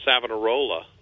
Savonarola